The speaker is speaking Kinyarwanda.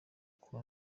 kuwa